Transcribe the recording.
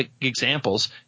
examples